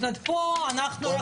ופה אנחנו רק על המסגרת.